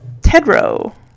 Tedrow